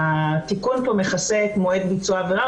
התיקון פה מכסה את מועד ביצוע העבירה,